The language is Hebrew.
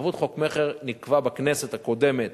ערבות חוק מכר נקבעה בכנסת הקודמת